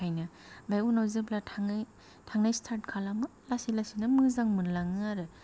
ओंखायनो आमफाय उनाव जेब्ला थाङै थाङै स्टार्ट खालामो लासै लासैनो मोजां मोनलाङो आरो